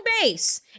base